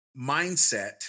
mindset